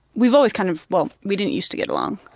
we've always kind of well, we didn't use to get along.